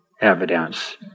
evidence